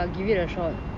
k lah give it a shot